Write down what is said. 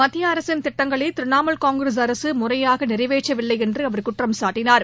மத்திய அரசின் திட்டங்களை திரிணாமூல்காங்கிரஸ் அரசு முறையாக நிறைவேற்றவில்லை என்று அவர் குற்றம் சாட்டனார்